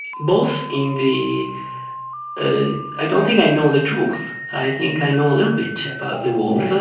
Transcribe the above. both in the ah i don't think i know the truth. i think i know a little bit about the world,